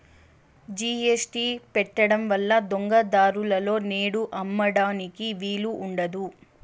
GST పెట్టడం వల్ల దొంగ దారులలో నేడు అమ్మడానికి వీలు ఉండదు